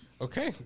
Okay